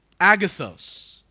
agathos